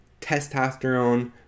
testosterone